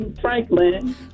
Franklin